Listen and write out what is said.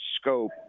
scope